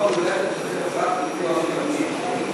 במקום ללכת לחברת תרופות,